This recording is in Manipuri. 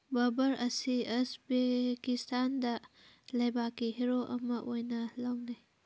ꯕꯥꯕꯔ ꯑꯁꯤ ꯑꯁꯕꯦꯀꯤꯁꯇꯥꯟꯗ ꯂꯩꯕꯥꯛꯀꯤ ꯍꯦꯔꯣ ꯑꯃ ꯑꯣꯏꯅ ꯂꯧꯅꯩ